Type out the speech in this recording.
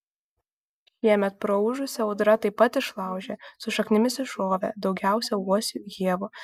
šiemet praūžusi audra taip pat išlaužė su šaknimis išrovė daugiausiai uosių ievų